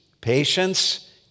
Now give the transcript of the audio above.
patience